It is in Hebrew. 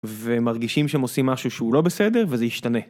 ומרגישים שהם עושים משהו שהוא לא בסדר, וזה ישתנה.